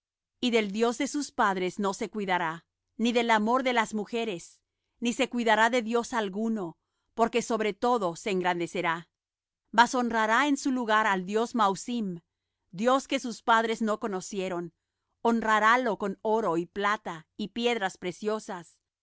y del dios de sus padres no se cuidará ni del amor de las mujeres ni se cuidará de dios alguno porque sobre todo se engrandecerá mas honrará en su lugar al dios mauzim dios que sus padres no conocieron honrarálo con oro y plata y piedras preciosas